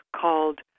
called